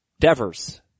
Devers